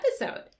episode